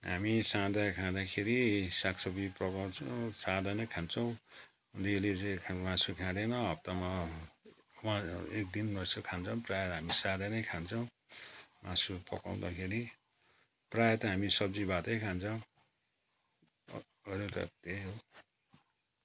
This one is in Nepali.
हामी सादा खाँदाखेरि साग सब्जी पकाउँछौँ सादा नै खान्छौँ डेली चाहिँ मासु खाँदैनौँ हप्तामा एक दिन प्रायः हामी सादा नै खान्छौँ मासु पकाउँदाखेरि प्रायः त हामी सब्जी भातै खान्छौँ अरू त त्यही हो